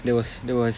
that was that was